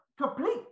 complete